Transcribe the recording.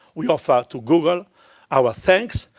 we offer to google our thanks,